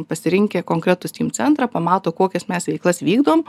pasirinkę konkretų steam centrą pamato kokias mes veiklas vykdom